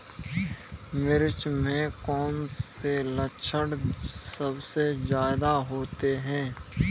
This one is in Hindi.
मिर्च में कौन से लक्षण सबसे ज्यादा होते हैं?